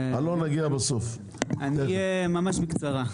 ממש בקצרה.